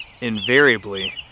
Invariably